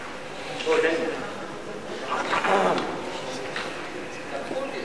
שניהם לא יושבים במקומות שלהם, הם התנחלו במקומות